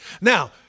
Now